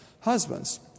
Husbands